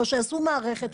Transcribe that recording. או שיעשו מערכת,